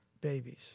babies